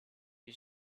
you